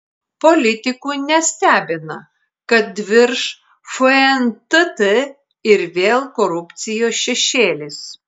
politikų nestebina kad virš fntt ir vėl korupcijos šešėlis